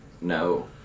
No